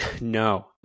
no